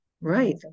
Right